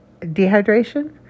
dehydration